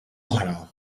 oħra